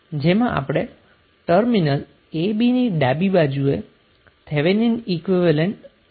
જેમાં આપણે terminal a bની ડાબી બાજુએ થેવેનિન ઈક્વીવેલેન્ટ શોધવો છે